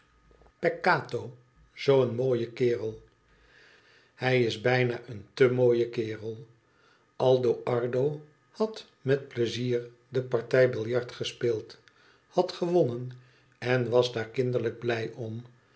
peccato zoo een mooie kerel hij is bijna een te mooie kerel aldo ardo had met pleizier de partij billart gespeeld had gewonnen en was daar kinderlijk blij om